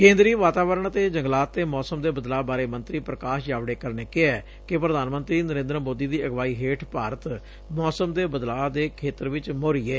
ਕੇਂਦਰੀ ਵਾਤਾਵਰਣ ਅਤੇ ਜੰਗਲਾਤ ਤੇ ਮੌਸਮ ਦੇ ਬਦਲਾਅ ਬਾਰੇ ਮੰਤਰੀ ਪ੍ਕਾਸ਼ ਜਾਵਡੇਕਰ ਨੇ ਕਿਹੈ ਕਿ ਪ੍ਧਾਨ ਮੰਤਰੀ ਨਰੇਂਦਰ ਮੋਦੀ ਦੀ ਅਗਵਾਈ ਹੇਠ ਭਾਰਤ ਮੌਸਮ ਦੇ ਬਦਲਾਅ ਦੇ ਖੇਤਰ ਵਿਚ ਮੋਹਰੀ ਏ